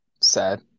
Sad